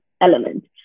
element